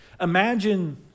Imagine